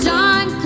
John